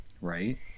Right